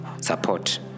support